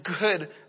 good